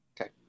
Okay